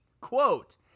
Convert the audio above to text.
Quote